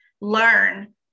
learn